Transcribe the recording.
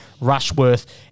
Rushworth